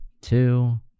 two